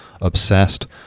obsessed